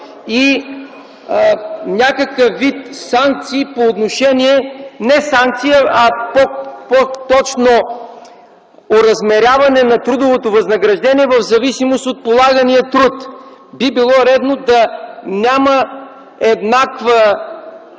и някакъв вид санкции – не санкции, а по-точно оразмеряване на трудовото възнаграждение в зависимост от полагания труд. Би било редно да няма еднаква